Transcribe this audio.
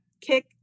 kick